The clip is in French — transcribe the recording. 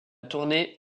tournée